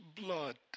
blood